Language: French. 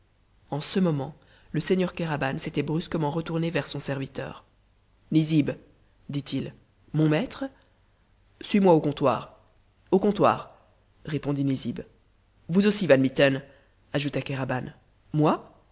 en ce moment le seigneur kéraban s'était brusquement retourné vers son serviteur nizib dit-il mon maître suis-moi au comptoir au comptoir répondit nizib vous aussi van mitten ajouta kéraban moi